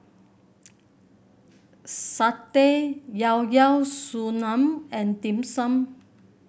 Satay Llao Llao Sanum and Dim Sum